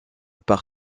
par